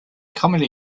commonly